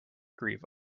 grieve